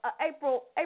April